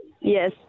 Yes